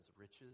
riches